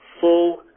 full